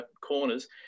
corners